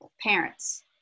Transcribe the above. parents